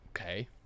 Okay